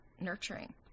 nurturing